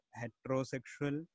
heterosexual